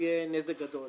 יהיה נזק גדול.